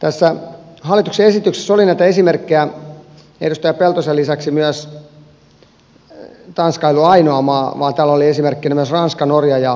tässä hallituksen esityksessä oli näitä esimerkkejä edustaja peltosen mainitsema tanska ei ollut ainoa maa myös ranska norja ja ruotsi